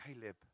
Caleb